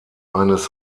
eines